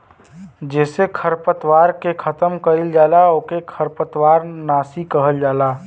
जेसे खरपतवार के खतम कइल जाला ओके खरपतवार नाशी कहल जाला